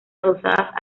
adosadas